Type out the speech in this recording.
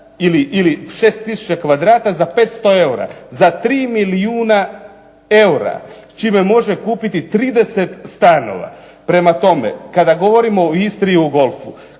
ili 6 tisuća kvadrata za 500 eura, za 3 milijuna eura, čime može kupiti 30 stanova. Prema tome, kada govorimo o Istri i o golfu,